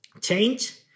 change